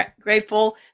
grateful